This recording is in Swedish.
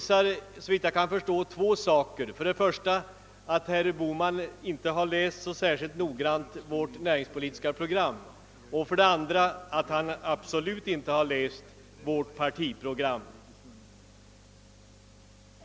Såvitt jag förstår visar detta två saker, nämligen för det första att herr Bohman inte särskilt noggrant läst vårt näringspolitiska program och för det andra att han absolut inte har läst vårt partiprogram.